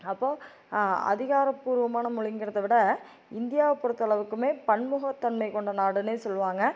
அப்போது அதிகாரபூர்வமான மொழிங்கறத விட இந்தியாவை பொறுத்த அளவுக்கும் பன்முகத்தன்மை கொண்ட நாடுன்னே சொல்வாங்க